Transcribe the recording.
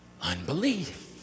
unbelief